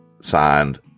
signed